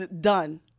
Done